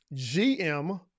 GM